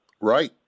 right